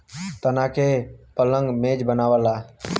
तना के पलंग मेज बनला